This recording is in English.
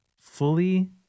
fully